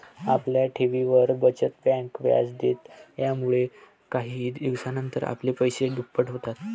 आपल्या ठेवींवर, बचत बँक व्याज देते, यामुळेच काही दिवसानंतर आपले पैसे दुप्पट होतात